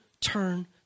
turn